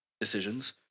decisions